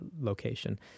location